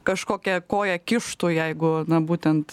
kažkokia koją kištų jeigu būtent